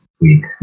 week